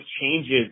changes